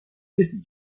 disney